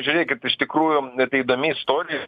žiūrėkit iš tikrųjų tai įdomi istorija